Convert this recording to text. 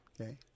Okay